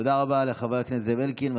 תודה רבה לחבר הכנסת זאב אלקין.